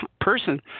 person